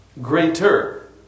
Greater